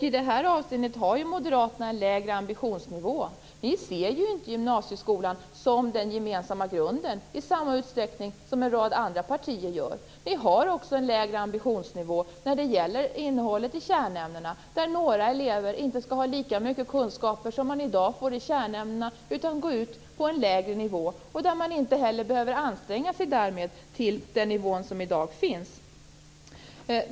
I det här avseendet har ju Moderaterna en lägre ambitionsnivå. Ni ser ju inte gymnasieskolan som den gemensamma grunden i samma utsträckning som en rad andra partier gör. Ni har också en lägre ambitionsnivå när det gäller innehållet i kärnämnena, där några elever inte skall ha lika mycket kunskaper som man i dag får i kärnämnena utan gå ut på en lägre nivå. Därmed behöver man inte heller anstränga sig för att nå den nivå som i dag finns.